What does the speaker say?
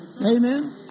Amen